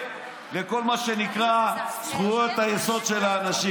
לכל מה שנקרא זכויות היסוד של האנשים.